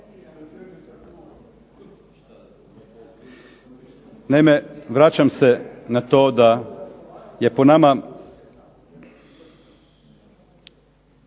Naime, vraćam se na to da je po nama